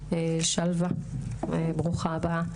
שלוה, ברוכה הבאה.